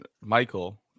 Michael